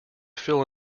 fill